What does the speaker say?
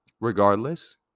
Regardless